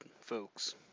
folks